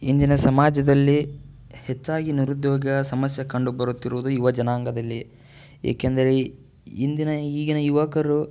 ಇಂದಿನ ಸಮಾಜದಲ್ಲಿ ಹೆಚ್ಚಾಗಿ ನಿರುದ್ಯೋಗ ಸಮಸ್ಯೆ ಕಂಡು ಬರುತ್ತಿರುವುದು ಯುವ ಜನಾಂಗದಲ್ಲಿ ಏಕೆಂದರೆ ಇಂದಿನ ಈಗಿನ ಯುವಕರು